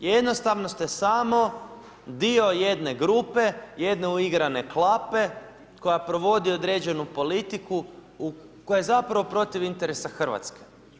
Jednostavno ste samo dio jedne grupe, jedne uigrane klape koja provodi određenu politiku koja je zapravo protiv interesa Hrvatske.